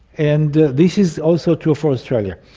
and this is also true for australia.